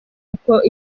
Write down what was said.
uko